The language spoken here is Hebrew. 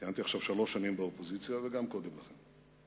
אני כיהנתי שלוש שנים באופוזיציה וגם קודם לכן.